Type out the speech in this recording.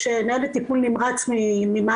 לחודש, ניידת טיפול נמרץ ממד"א,